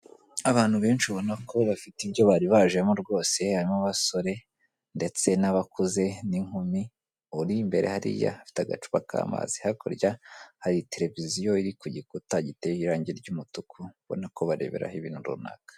abantu benshi ubonako bafite ibyo bari bajemo rwose harimo abasore ndetse n'abakuze n'inkumi uri imbere hariya afite agacupa k'amazi hakurya hari televiziyo iri ku gikuta giteye irangi ry'umutuku ubona kubareberaho ibintu runaka